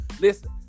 listen